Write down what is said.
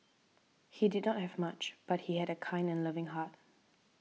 he did not have much but he had a kind and loving heart